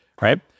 right